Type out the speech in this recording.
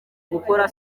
gukora